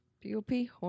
P-O-P